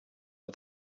but